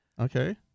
Okay